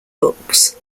books